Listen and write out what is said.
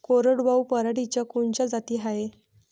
कोरडवाहू पराटीच्या कोनच्या जाती हाये?